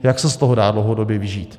Jak se z toho dá dlouhodobě vyžít?